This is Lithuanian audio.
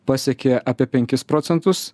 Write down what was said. pasiekė apie penkis procentus